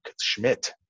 Schmidt